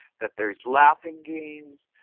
that there are laughing games,